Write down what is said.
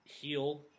heal